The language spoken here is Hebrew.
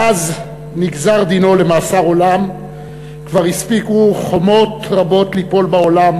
מאז נגזר דינו למאסר עולם כבר הספיקו חומות רבות ליפול בעולם,